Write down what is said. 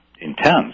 intense